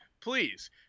please